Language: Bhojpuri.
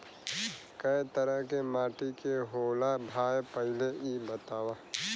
कै तरह के माटी होला भाय पहिले इ बतावा?